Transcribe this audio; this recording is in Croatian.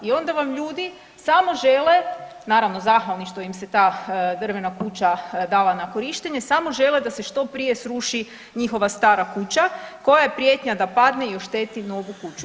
I onda vam ljudi samo žele, naravno zahvalni što im se ta drvena kuća dala na korištenje, samo žele da se što prije sruši njihova stara kuća koja je prijetnja da padne i ošteti novu kuću.